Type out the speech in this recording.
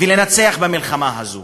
ולנצח במלחמה הזאת,